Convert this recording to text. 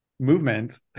movement